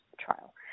trial